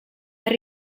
per